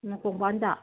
ꯑꯥ ꯀꯣꯡꯄꯥꯟꯗ